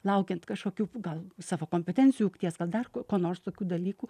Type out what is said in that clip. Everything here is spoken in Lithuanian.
laukiant kažkokių gal savo kompetencijų ties gal dar ko nors tokių dalykų